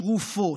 תרופות,